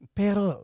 pero